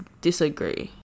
disagree